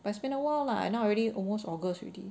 but it's been awhile lah now already almost august already